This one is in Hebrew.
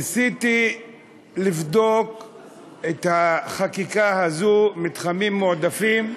ניסיתי לבדוק את החקיקה הזאת, מתחמים מועדפים,